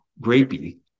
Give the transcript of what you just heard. grapey